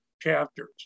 chapters